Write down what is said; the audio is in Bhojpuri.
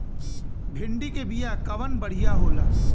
भिंडी के बिया कवन बढ़ियां होला?